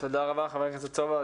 תודה רבה, חבר הכנסת סובה.